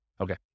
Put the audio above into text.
Okay